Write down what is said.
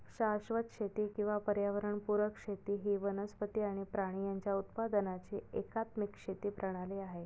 शाश्वत शेती किंवा पर्यावरण पुरक शेती ही वनस्पती आणि प्राणी यांच्या उत्पादनाची एकात्मिक शेती प्रणाली आहे